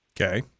Okay